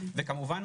וכמובן,